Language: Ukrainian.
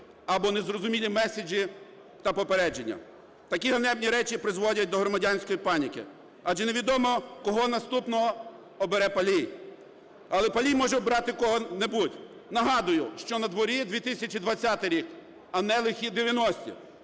або незрозумілі меседжі та попередження. Такі ганебні речі призводять до громадянської паніки, адже невідомо кого наступного обере палій. Але палій може обрати кого-небудь. Нагадую, що надворі 2020 рік, а не "лихі 90-і".